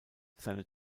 seine